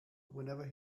whenever